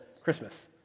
Christmas